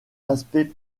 aspect